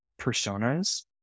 personas